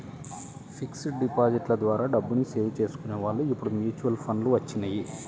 fixed డిపాజిట్ల ద్వారా డబ్బుని సేవ్ చేసుకునే వాళ్ళు ఇప్పుడు మ్యూచువల్ ఫండ్లు వచ్చినియ్యి